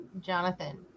Jonathan